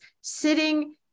sitting